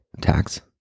tax